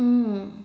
mm